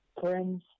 friends